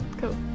Cool